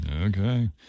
Okay